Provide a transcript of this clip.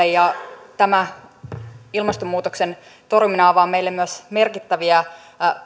suomelle ja tämä ilmastonmuutoksen torjuminen avaa meille myös merkittäviä